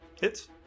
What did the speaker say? hits